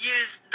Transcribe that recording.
use